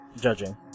judging